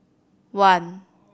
one